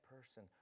person